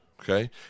okay